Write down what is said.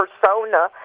persona